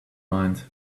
mind